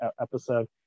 episode